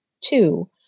two